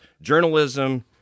journalism